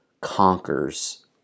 conquers